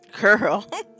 Girl